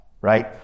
right